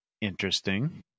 Interesting